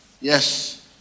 Yes